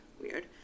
weird